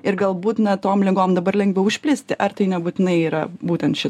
ir gal būt na tom ligom dabar lengviau išplisti ar tai nebūtinai yra būtent ši